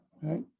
Right